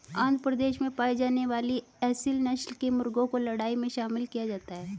आंध्र प्रदेश में पाई जाने वाली एसील नस्ल के मुर्गों को लड़ाई में भी शामिल किया जाता है